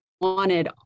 wanted